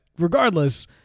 regardless